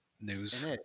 news